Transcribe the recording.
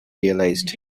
realized